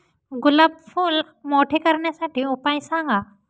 गुलाब फूल मोठे करण्यासाठी उपाय सांगा?